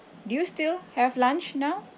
do you still have lunch now